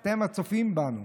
אתם, הצופים בנו